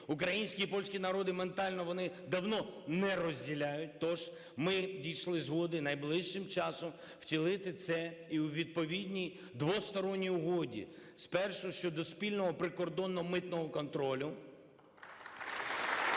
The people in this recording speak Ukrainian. Українські і польські народи ментально вони давно не розділяють, то ж ми дійшли згоди найближчим часом втілити це і у відповідній двосторонній угоді. Спершу – щодо спільного прикордонно-митного контролю. (Оплески)